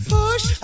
Push